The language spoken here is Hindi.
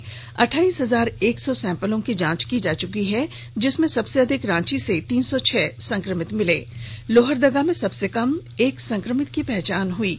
वहीं अठाइस हजार एक सौ सैंपल की जांच की गई जिसमें सबसे अधिक रांची से तीन सौ छह संक्रमित मिले और लोहरदगा से सबसे कम एक संक्रमित की पहचान हुई है